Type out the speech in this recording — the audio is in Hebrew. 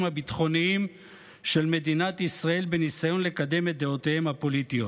הביטחוניים של מדינת ישראל בניסיון לקדם את דעותיהם הפוליטיות.